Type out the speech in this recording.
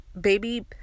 baby